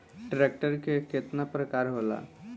Tractor के केतना प्रकार होला?